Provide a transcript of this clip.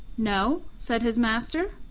no, said his master.